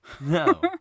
No